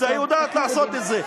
היא יודעת לעשות את זה.